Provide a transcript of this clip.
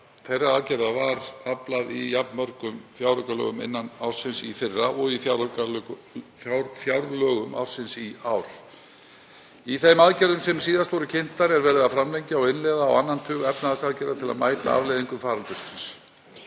þeirra aðgerða var aflað í nokkrum fjáraukalögum innan ársins í fyrra og í fjárlögum ársins í ár. Í þeim aðgerðum sem síðast voru kynntar var verið að framlengja og innleiða á annan tug efnahagsaðgerða til að mæta afleiðingum faraldursins.